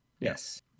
Yes